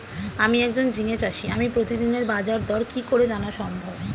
আমি একজন ঝিঙে চাষী আমি প্রতিদিনের বাজারদর কি করে জানা সম্ভব?